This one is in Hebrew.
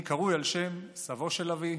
אני קרוי על שם סבו של אבי,